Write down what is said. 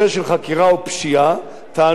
טענו משפטנים אצלי בוועדה.